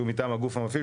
שהוא מטעם הגוף המפעיל,